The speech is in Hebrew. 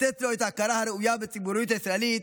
לתת לו את ההכרה הראויה בציבוריות הישראלית,